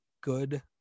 good